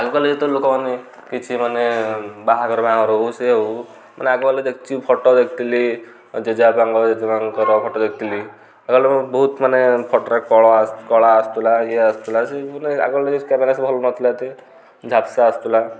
ଆଗକାଳରେ ଯେତେ ଲୋକମାନେ କିଛି ମାନେ ବାହାଘରପାହାଘର ହଉ ସେ ହେଉ ମାନେ ଆଗକାଳର ଦେଖିଛି ଫଟୋ ଦେଖିଥିଲି ଜେଜେବାପାଙ୍କ ଜେଜେବାଙ୍କର ଫଟୋ ଦେଖିଥିଲି ଆଗକାଳରେ ବହୁତ ମାନେ ଫଟୋରେ କଳା କଳା ଆସୁଥିଲା ଇଏ ଆସୁଥିଲା ସେ ମାନେ ଆଗକାଳରେ କ୍ୟାମେରା ଭଲ ନଥିଲା ଏତେ ଝାପ୍ସା ଆସୁଥିଲା